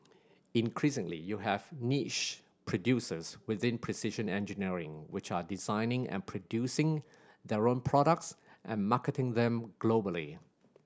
increasingly you have niche producers within precision engineering which are designing and producing their own products and marketing them globally